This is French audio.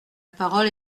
parole